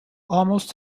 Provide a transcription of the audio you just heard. almost